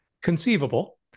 conceivable